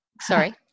sorry